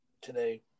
today